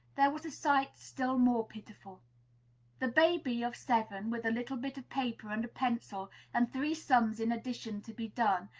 there was a sight still more pitiful the baby of seven, with a little bit of paper and a pencil, and three sums in addition to be done,